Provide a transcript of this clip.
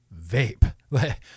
vape